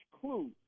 clue